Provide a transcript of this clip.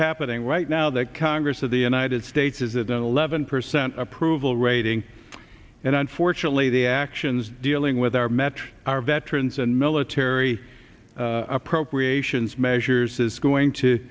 happening right now that congress of the united states is at an eleven percent approval rating and unfortunately the actions dealing with our metrics our veterans and military appropriations measures is going to